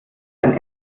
ein